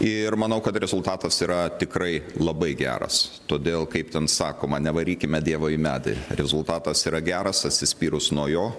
ir manau kad rezultatas yra tikrai labai geras todėl kaip ten sakoma nevarykime dievo į medį rezultatas yra geras atsispyrus nuo jo